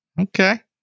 Okay